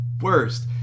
worst